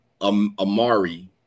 Amari